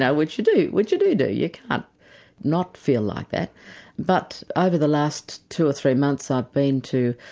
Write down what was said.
yeah which you do, which you do do, you can't not feel like that like. but over the last two or three months i've been to